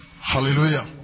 hallelujah